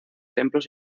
templos